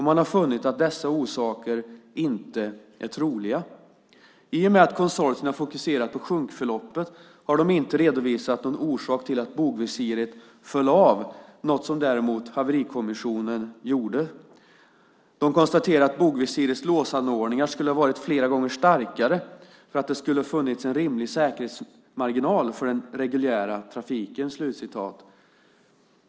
Man har funnit att dessa orsaker inte är troliga. I och med att konsortierna fokuserat på sjunkförloppet har de inte redovisat någon orsak till att bogvisiret föll av, något som däremot Haverikommissionen gjorde. Man konstaterade att bogvisirets låsanordningar skulle ha varit flera gånger starkare för att det skulle ha funnits en rimlig säkerhetsmarginal för den reguljära trafiken.